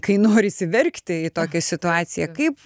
kai norisi verkti į tokią situaciją kaip